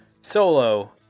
Solo